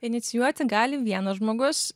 inicijuoti gali vienas žmogus